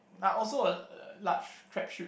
are also a large track shoot